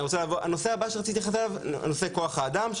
הנושא הבא שרציתי להתייחס אליו זה נושא כוח האדם,